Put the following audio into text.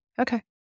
okay